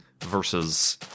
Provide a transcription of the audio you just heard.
versus